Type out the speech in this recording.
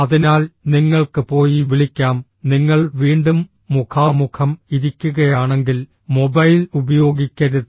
അതിനാൽ നിങ്ങൾക്ക് പോയി വിളിക്കാം നിങ്ങൾ വീണ്ടും മുഖാമുഖം ഇരിക്കുകയാണെങ്കിൽ മൊബൈൽ ഉപയോഗിക്കരുത്